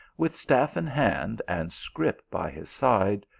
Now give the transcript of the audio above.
with staff in hand and scrip by his side,